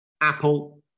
Apple